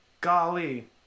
Golly